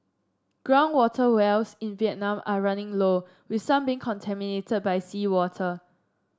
ground water wells in Vietnam are running low with some being contaminated by seawater